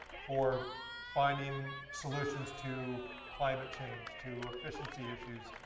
for finding solutions to climate change, to efficiency issues,